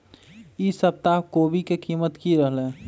ई सप्ताह कोवी के कीमत की रहलै?